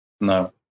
No